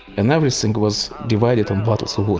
and everything was divided on bottles of